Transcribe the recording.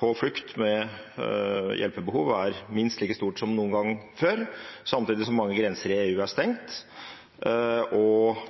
på flukt og med hjelpebehov – er minst like stort som noen gang før, samtidig som mange grenser i EU er stengt og